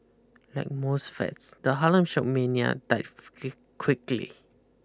like most fads the Harlem Shake mania died quickly